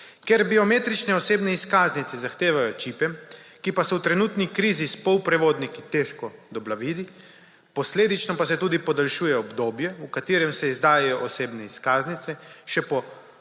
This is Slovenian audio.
Ker biometrične osebne izkaznice zahtevajo čipe, ki pa so v trenutni krizi s polprevodniki težko dobavljivi, posledično pa se tudi podaljšuje obdobje, v katerem se izdajajo osebne izkaznice, še po